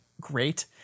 great